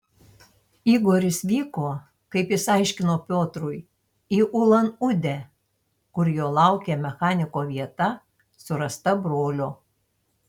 igoris vyko kaip jis aiškino piotrui į ulan udę kur jo laukė mechaniko vieta surasta brolio